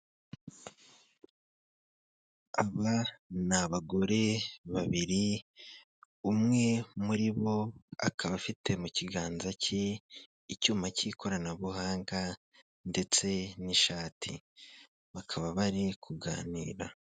Aba ni abagore babiri, umwe muri bo akaba afite mu kiganza ke icyuma cy'ikoranabuhanga ndetse n'ishati, bakaba bari kuganira.